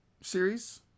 series